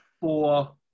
four